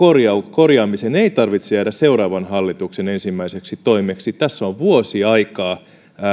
korjaamisen ei tarvitse jäädä seuraavan hallituksen ensimmäiseksi toimeksi tässä on vuosi aikaa